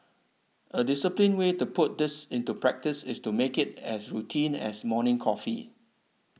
a disciplined way to put this into practice is to make it as routine as morning coffee